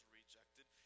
rejected